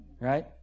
right